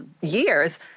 years